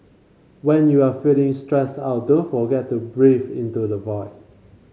when you are feeling stressed out don't forget to breathe into the void